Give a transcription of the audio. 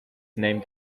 named